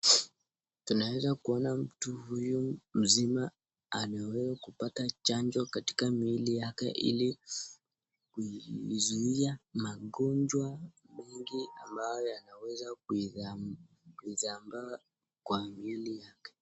Tunaweza kuona mtu huyu mzima ameweza kupata chanjo katika miili yake ili kuizuia magonjwa mengi ambayo yanaweza kusambaa kwa miili yake.